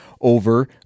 over